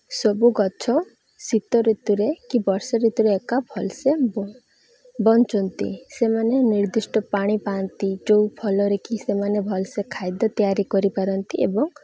ସବୁ ଗଛ ଶୀତ ଋତୁରେ କି ବର୍ଷା ଋତୁରେ ଏକା ଭଲସେ ବଞ୍ଚନ୍ତି ସେମାନେ ନିର୍ଦ୍ଧିଷ୍ଟ ପାଣି ପାଆନ୍ତି ଯେଉଁ ଫଲରେ କି ସେମାନେ ଭଲସେ ଖାଦ୍ୟ ତିଆରି କରିପାରନ୍ତି ଏବଂ